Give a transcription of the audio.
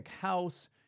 house